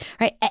Right